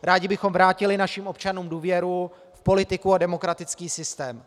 Rádi bychom vrátili našim občanům důvěru v politiku a demokratický systém.